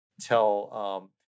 tell